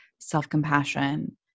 self-compassion